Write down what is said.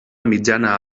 mitjana